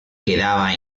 quedaba